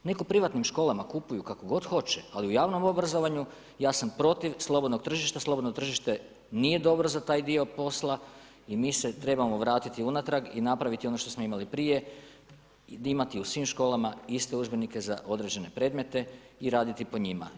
Neka u privatnim školama kupuju kako god hoće ali u javnom obrazovanju ja sam protiv slobodnog tržišta, slobodno tržište nije dobro za taj dio posla i mi se trebamo vratiti unatrag i napraviti ono što smo imali i prije, imati u svim školama iste udžbenike za određene predmete i raditi po njima.